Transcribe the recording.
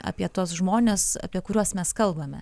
apie tuos žmones apie kuriuos mes kalbame